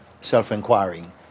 self-inquiring